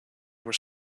were